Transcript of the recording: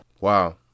Wow